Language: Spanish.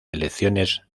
elecciones